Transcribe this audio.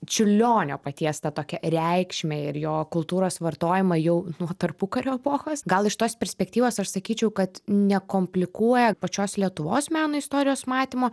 čiurlionio paties tą tokią reikšmę ir jo kultūros vartojimą jau nuo tarpukario epochos gal iš tos perspektyvos aš sakyčiau kad nekomplikuoja pačios lietuvos meno istorijos matymo